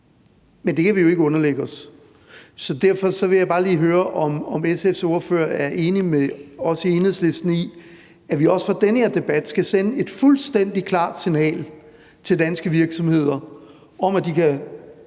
men det kan vi jo ikke underlægge os. Derfor vil jeg bare lige høre, om SF's ordfører er enig med os i Enhedslisten i, at vi også fra den her debat skal sende et fuldstændig klart signal til danske virksomheder om, at de